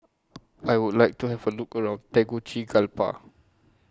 I Would like to Have A Look around Tegucigalpa